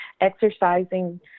exercising